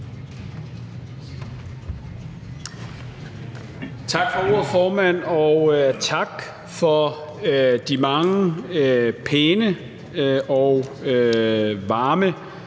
Tak for ordet, formand, og tak for de mange pæne og varme